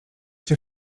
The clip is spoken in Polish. czy